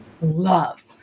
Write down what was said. love